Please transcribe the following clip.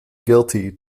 guilty